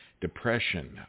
depression